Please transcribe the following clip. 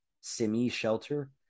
semi-shelter